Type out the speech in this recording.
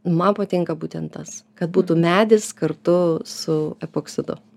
man patinka būtent tas kad būtų medis kartu su epoksidu